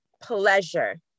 pleasure